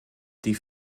die